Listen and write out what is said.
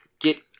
get